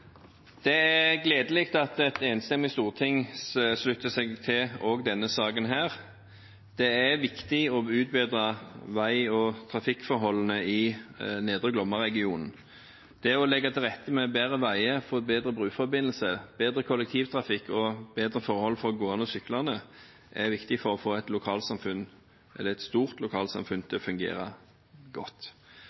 gledelig at et enstemmig storting slutter seg til også denne saken. Det er viktig å utbedre vei- og trafikkforholdene i Nedre Glomma-regionen. Det å legge til rette med bedre veier, få bedre bruforbindelser, bedre kollektivtrafikk og bedre forhold for gående og syklende er viktig for å få et stort lokalsamfunn til å fungere godt.